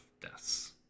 deaths